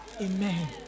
Amen